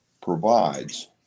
provides